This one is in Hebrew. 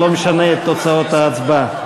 זה לא משנה את תוצאות ההצבעה.